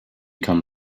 come